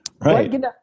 Right